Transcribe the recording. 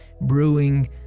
brewing